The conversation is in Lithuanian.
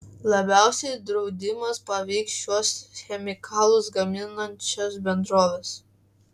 labiausiai draudimas paveiks šiuos chemikalus gaminančias bendroves